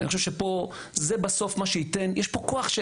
ואני חושב שזה בסוף מה שייתן פה כוח.